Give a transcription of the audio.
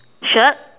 shirt